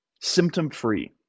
symptom-free